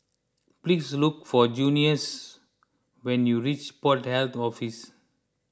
please look for Junious when you reach Port Health to Office